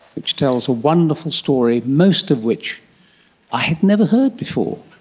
which tells a wonderful story, most of which i had never heard before.